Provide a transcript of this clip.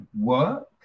work